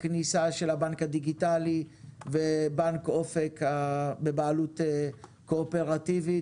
כניסה של הבנק הדיגיטאלי ובנק אופק בבעלות קואופרטיבית,